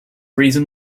reason